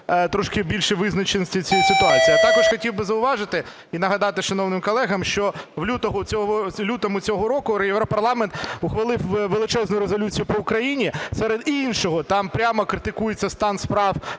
трошки більше визначеності цій ситуації. А також хотів би зауважити і нагадати шановним колегам, що в лютому цього року Європарламент ухвалив величезну резолюцію по Україні. Серед іншого там прямо критикується стан справ